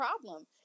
problem